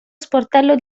sportello